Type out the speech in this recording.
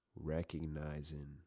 Recognizing